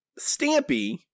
Stampy